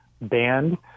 band